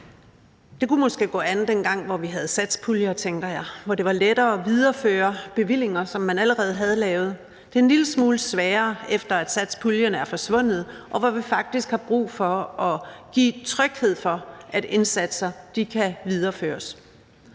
Det kunne måske gå an, dengang vi havde satspuljer, tænker jeg, hvor det var lettere at videreføre bevillinger, som man allerede havde lavet. Det er en lille smule sværere, efter at satspuljen er forsvundet, når vi faktisk har brug for at kunne give tryghed for, at indsatser kan videreføres.